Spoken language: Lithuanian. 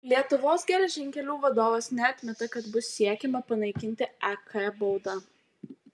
lietuvos geležinkelių vadovas neatmeta kad bus siekiama panaikinti ek baudą